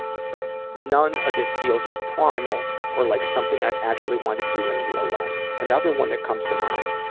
but none of it feels as primal or like something i would actually want to do in real life. another one that comes to mind,